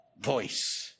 voice